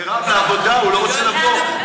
מירב, מהעבודה, הוא לא רוצה לעבור.